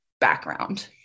background